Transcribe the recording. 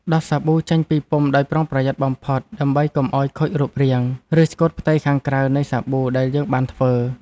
ដោះសាប៊ូចេញពីពុម្ពដោយប្រុងប្រយ័ត្នបំផុត ដើម្បីកុំឱ្យខូចរូបរាង ឬឆ្កូតផ្ទៃខាងក្រៅនៃសាប៊ូដែលយើងបានធ្វើ។